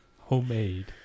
Homemade